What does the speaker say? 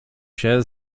się